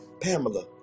Pamela